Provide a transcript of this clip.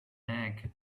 egg